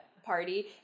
party